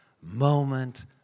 moment